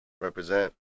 represent